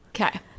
okay